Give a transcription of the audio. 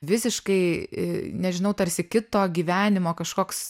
visiškai nežinau tarsi kito gyvenimo kažkoks